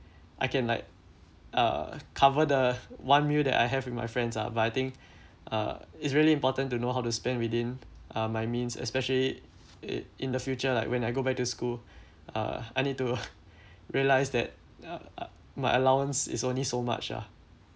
I can like uh cover the one meal that I have with my friends ah but I think uh it's really important to know how to spend within uh my means especially it in the future like when I go back to school uh I need to realise that my allowance is only so much ah